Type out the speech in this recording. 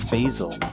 Basil